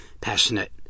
passionate